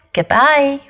Goodbye